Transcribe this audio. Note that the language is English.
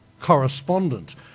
correspondent